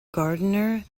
gardener